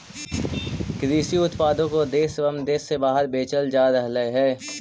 कृषि उत्पादों को देश एवं देश से बाहर बेचल जा रहलइ हे